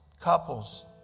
couples